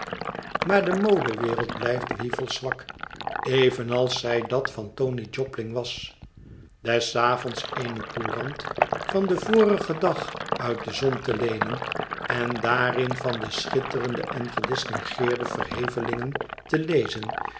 maar de modewereld blijft weevle's zwak evenals zij dat van tony jobling was des avonds eene courant van den vorigen dag uit de zon te leenen en daarin van de schitterende en gedistingueerde vernevelingen te lezen